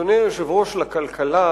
אדוני היושב-ראש, בכלכלה